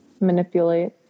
manipulate